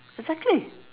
exactly